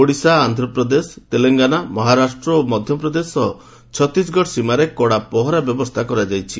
ଓଡ଼ିଶା ଆନ୍ଧ୍ରପ୍ରଦେଶ ତେଲେଙ୍ଗାନା ମହାରାଷ୍ଟ୍ର ଓ ମଧ୍ୟପ୍ରଦେଶ ସହ ଛତିଶଗଡ଼ ସୀମାରେ କଡ଼ା ପହରା ବ୍ୟବସ୍ଥା କରାଯାଇଛି